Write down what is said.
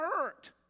hurt